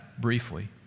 briefly